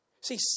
See